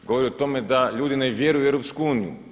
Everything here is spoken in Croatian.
Govori o tome da ljudi ne vjeruju u EU.